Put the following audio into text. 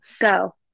Go